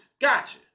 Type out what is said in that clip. gotcha